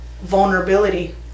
vulnerability